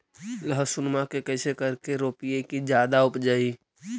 लहसूनमा के कैसे करके रोपीय की जादा उपजई?